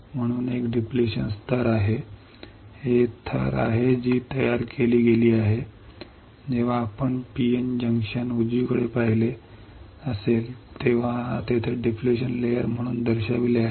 म्हणून एक कमी होणारा स्तर आहे ही कमी होणारी थर आहे जी तयार केली गेली आहे म्हणूनच ती आहे जेव्हा आपण PN जंक्शन उजवीकडे पाहिले असेल तेव्हा येथे डिप्लेशन लेयर म्हणून दर्शविले आहे